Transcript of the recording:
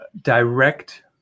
direct